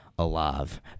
alive